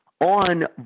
on